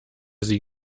sie